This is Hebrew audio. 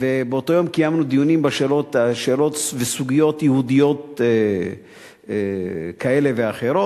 ובאותו יום קיימנו דיונים בשאלות וסוגיות יהודיות כאלה ואחרות,